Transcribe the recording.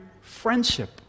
friendship